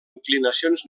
inclinacions